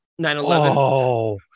9-11